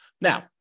now